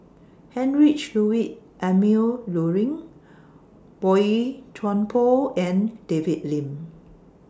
Heinrich Ludwig Emil Luering Boey Chuan Poh and David Lim